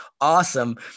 awesome